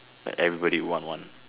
like everybody would want one